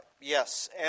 Yes